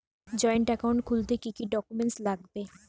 Joint account খুলতে কি কি ডকুমেন্টস লাগবে?